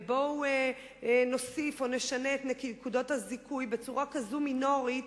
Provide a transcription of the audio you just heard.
ובואו נוסיף או נשנה את נקודות הזיכוי בצורה כזאת מינורית,